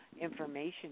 information